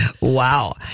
Wow